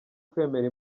kwemera